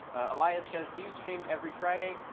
elias says, do you stream every friday?